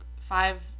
five